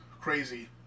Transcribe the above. crazy